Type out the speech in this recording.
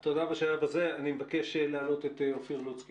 שיש בכיס בוודאות זה את בין 24 ל-30 שאתם מסוגלים